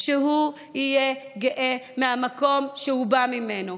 שהוא יהיה גאה במקום שהוא בא ממנו,